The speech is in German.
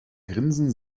grinsen